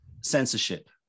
censorship